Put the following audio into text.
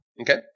Okay